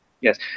Yes